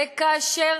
וכאשר,